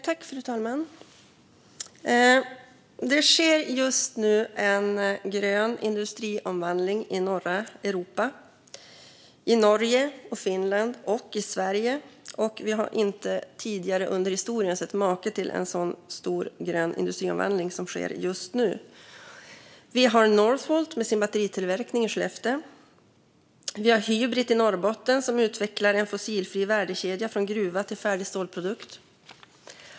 Fru talman! Det sker just nu en grön industriomvandling i norra Europa - i Norge, Finland och Sverige. Vi har inte tidigare under historien sett maken till en sådan stor grön industriomvandling som den som sker just nu. Vi har Northvolt med sin batteritillverkning i Skellefteå. Vi har Hybrit i Norrbotten, som utvecklar en fossilfri värdekedja från gruva till färdig stålprodukt.